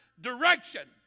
direction